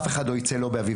אך אחד לא ייצא באביבים,